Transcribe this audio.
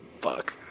fuck